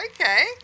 Okay